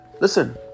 Listen